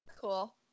Cool